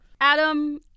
Adam